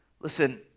listen